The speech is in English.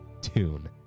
tune